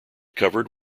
covered